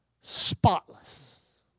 spotless